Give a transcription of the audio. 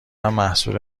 محصول